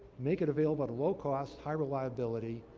make it available at a low cost, high reliability,